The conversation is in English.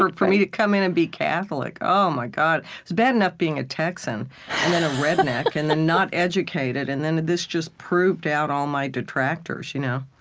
for me to come in and be catholic oh, my god, it's bad enough being a texan and then a redneck and then not educated. and then this just proved out all my detractors, you know?